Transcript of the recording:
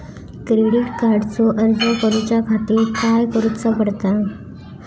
Credit कार्डचो अर्ज करुच्या खातीर काय करूचा पडता?